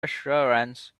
assurance